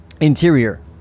Interior